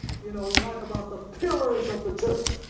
you know we talk about the pillars of the church,